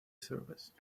service